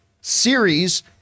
series